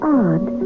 odd